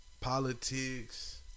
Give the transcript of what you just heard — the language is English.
politics